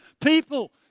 people